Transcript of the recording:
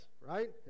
right